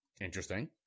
Interesting